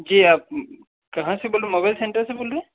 जी आप कहाँ से बोल रहे मोबाइल सेंटर से बोल रहे है